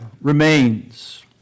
remains